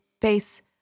face